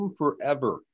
forever